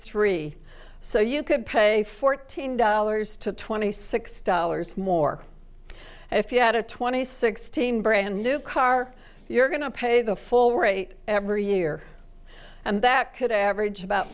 three so you could pay fourteen dollars to twenty six dollars more and if you had a twenty sixteen brand new car you're going to pay the full rate every year and that could average about